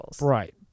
right